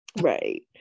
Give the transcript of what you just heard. right